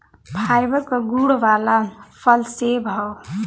fibre क गुण वाला फल सेव हौ